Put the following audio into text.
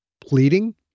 pleading